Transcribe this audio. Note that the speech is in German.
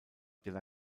della